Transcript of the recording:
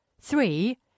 Three